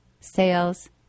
sales